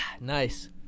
nice